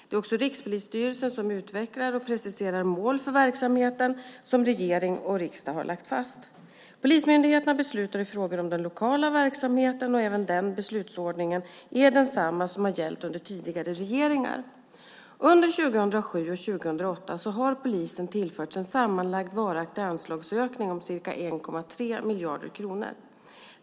Det är också Rikspolisstyrelsen som utvecklar och preciserar de mål för polisverksamheten som regering och riksdag har lagt fast. Polismyndigheterna beslutar i frågor om den lokala verksamheten. Även denna beslutsordning är densamma som har gällt under tidigare regeringar. Under 2007 och 2008 har polisen tillförts en sammanlagd varaktig anslagsökning om ca 1,3 miljarder kronor.